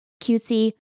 cutesy